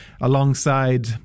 alongside